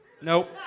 Nope